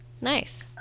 nice